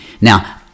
Now